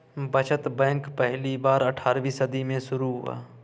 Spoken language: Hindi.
बचत बैंक पहली बार अट्ठारहवीं सदी में शुरू हुआ